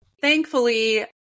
thankfully